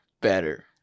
better